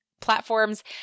platforms